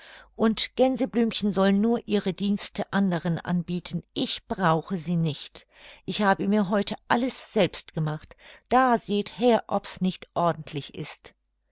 und gänseblümchen soll nur ihre dienste anderen anbieten ich brauche sie nicht ich habe mir heute alles selbst gemacht da seht her ob's nicht ordentlich ist